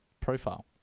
profile